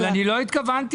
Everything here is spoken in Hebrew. בעצם לא,